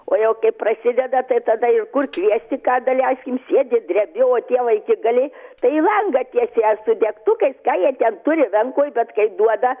o jau prasideda tai tada jau kur kviesti ką daleiskim sėdi drebi o tie vaikigaliai tai į langą tiesiai ar su degtukais ką jie ten turi rankoj bet kai duoda